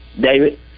David